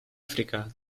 áfrica